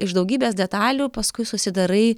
iš daugybės detalių paskui susidarai